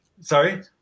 Sorry